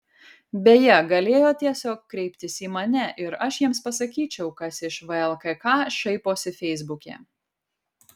beje galėjo tiesiog kreiptis į mane ir aš jiems pasakyčiau kas iš vlkk šaiposi feisbuke